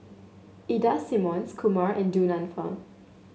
Ida Simmons Kumar and Du Nanfa